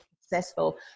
successful